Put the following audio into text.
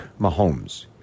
Mahomes